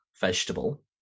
vegetable